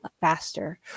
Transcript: Faster